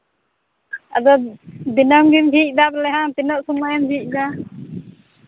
ᱟᱫᱚ ᱫᱤᱱᱟᱹᱢ ᱜᱮᱢ ᱡᱷᱤᱡ ᱫᱟ ᱵᱚᱞᱮ ᱵᱟᱝ ᱛᱤᱱᱟᱹᱜ ᱥᱚᱢᱚᱭᱮᱢ ᱡᱷᱤᱡ ᱫᱟ